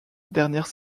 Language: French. dernière